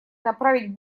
направить